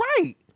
Right